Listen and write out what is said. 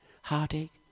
heartache